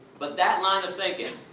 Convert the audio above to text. but that line of thinking,